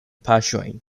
paŝojn